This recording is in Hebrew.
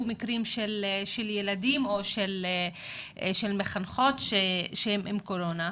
מקרים של ילדים או של מחנכות שחלו בקורונה.